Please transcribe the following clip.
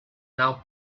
now